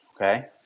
Okay